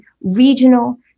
regional